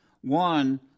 One